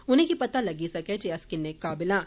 उनें गी पता लग्गै जे अस किन्ने काबिल आं